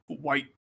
white